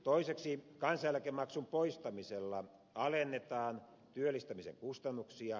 toiseksi kansaneläkemaksun poistamisella alennetaan työllistämisen kustannuksia